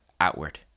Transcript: outward